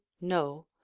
no